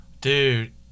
Dude